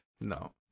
no